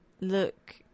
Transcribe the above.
look